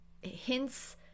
hints